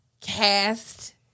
cast